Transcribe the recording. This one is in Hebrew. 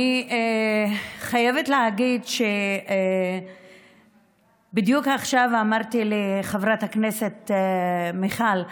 אני חייבת להגיד שבדיוק עכשיו אמרתי לחברת הכנסת מיכל רוזין: